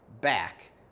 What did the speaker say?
back